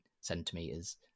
centimeters